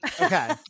Okay